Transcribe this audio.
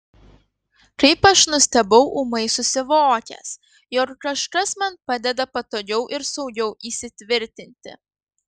kaip aš nustebau ūmai susivokęs jog kažkas man padeda patogiau ir saugiau įsitvirtinti